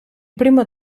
primo